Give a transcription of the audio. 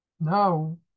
Now